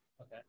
Okay